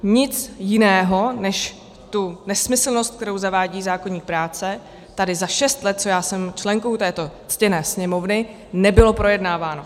Nic jiného než tu nesmyslnost, kterou zavádí zákoník práce, tady za šest let, co jsem členkou této ctěné Sněmovny, nebylo projednáváno.